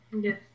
Yes